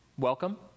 welcome